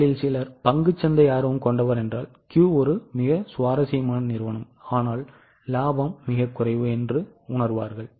உங்களில் சிலர் பங்கு சந்தை ஆர்வம் கொண்டவர் என்றால் Q ஒரு மிக சுவாரசியமான நிறுவனம் ஆனால் இலாபம் மிகக் குறைவு என்று உணர்வார்கள்